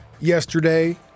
yesterday